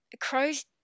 crows